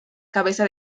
cabeza